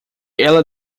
ela